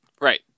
Right